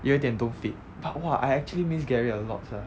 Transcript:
有一点 don't fit but !wah! I actually miss gary a lot sia